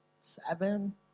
seven